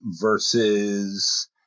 versus